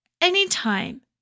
anytime